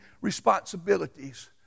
responsibilities